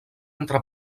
entre